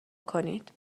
کنید